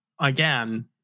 Again